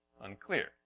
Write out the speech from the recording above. unclear